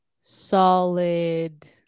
solid